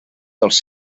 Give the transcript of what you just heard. dels